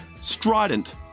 strident